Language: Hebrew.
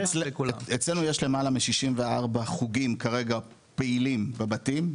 אצלנו יש למעלה מ-64 חוגים, כרגע פעילים בבתים,